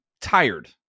tired